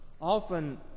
often